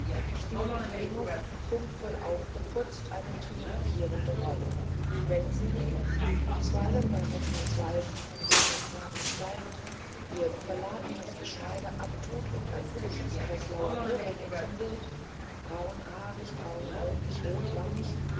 spielt venus prunkvoll aufgeputzt eine triumphierende rolle wenn sie wie zuweilen bei hofmannswaldau vom venuswagen steigt ihr überladenes geschmeide abtut und ein hübsches breslauer bürgermädchen wird braunhaarig braunäugig rotwangig